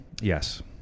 Yes